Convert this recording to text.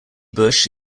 bush